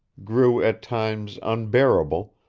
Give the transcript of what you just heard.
grew at times unbearable,